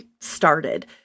started